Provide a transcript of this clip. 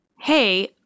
hey